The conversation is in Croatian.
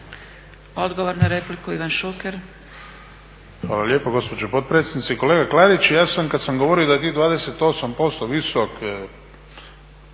Odgovor na repliku, Ivan Šuker.